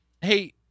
Hey